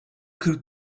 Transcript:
kırk